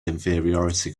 inferiority